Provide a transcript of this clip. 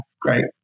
great